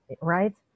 right